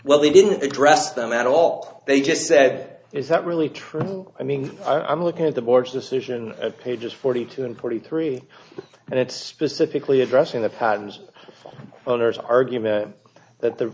well they didn't address them at all they just said is that really true i mean i'm looking at the board's decision at pages forty two and forty three and it's specifically addressing the pattens owner's argument that the